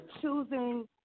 choosing